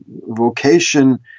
vocation